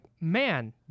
man